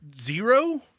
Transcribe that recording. zero